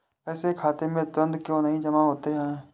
पैसे खाते में तुरंत क्यो नहीं जमा होते हैं?